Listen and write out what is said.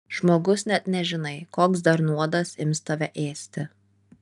žmogus net nežinai koks dar nuodas ims tave ėsti